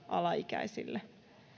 alaikäisille